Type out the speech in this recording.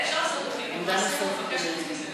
ועדת המשנה לענייני חוץ.